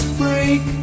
break